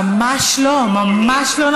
ממש לא.